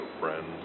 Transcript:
friends